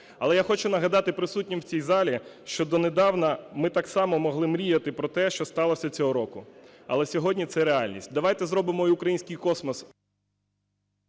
Але я хочу нагадати присутнім в цій залі, що донедавна ми так само могли мріяти про те, що сталося цього року, але сьогодні це реальність. Давайте зробимо і український космос…